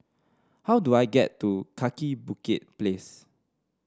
how do I get to Kaki Bukit Place